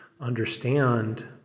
understand